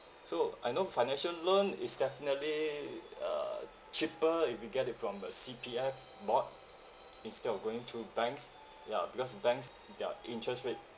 so I know financial loan is definitely uh cheaper if you get it from the C_P_F board instead of going through banks ya because banks their interest rate